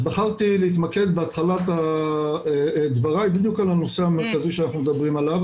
אז בחרתי להתמקד בתחילת דבריי בדיוק על הנושא המרכזי שאנחנו מדברים עליו